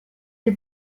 des